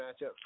matchup